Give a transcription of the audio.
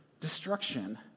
destruction